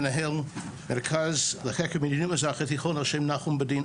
מנהל מרכז חקר המזרח התיכון ע"ש נחום בדין,